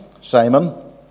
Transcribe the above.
Simon